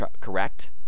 correct